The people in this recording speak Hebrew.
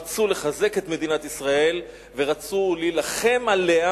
שרצו לחזק את מדינת ישראל ורצו להילחם עליה,